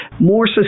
more